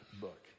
book